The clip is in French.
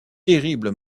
terrible